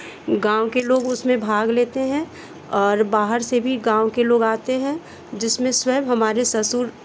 गाँव के लोग उसमें भाग लेते हैं और बाहर से भी गाँव के लोग आते हैं जिसमें स्वयं हमारे ससुर